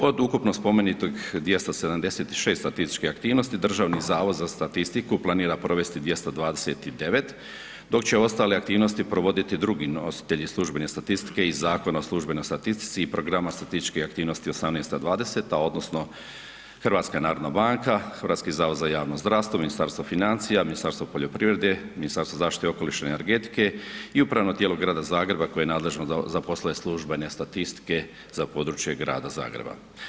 Od ukupno spomenutog 276 statističkih aktivnosti, Državni zavod za statistiku planira provesti 229, dok će ostale aktivnosti provoditi drugi nositelji službene statistike i Zakona o službenoj statistici i programa statističkih aktivnosti 2018.-2020. odnosno HNB, Hrvatski zavod za javno zdravstvo, Ministarstvo financija, Ministarstvo poljoprivrede, Ministarstvo zaštite okoliša i energetike i upravno tijelo grada Zagreba koje je nadležno za poslove službene statistike za područje grada Zagreba.